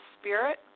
Spirit